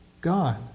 God